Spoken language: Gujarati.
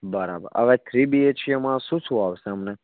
બરાબર હવે થ્રી બી એચ કેમાં શું શું આવશે અમને